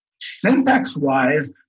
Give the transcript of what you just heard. syntax-wise